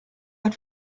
hat